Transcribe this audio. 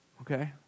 okay